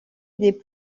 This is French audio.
des